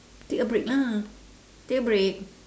take a break lah take a break